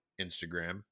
Instagram